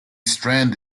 strand